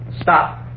Stop